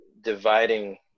dividing